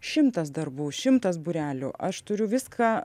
šimtas darbų šimtas būrelių aš turiu viską